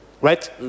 right